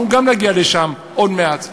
אנחנו גם נגיע לשם עוד מעט,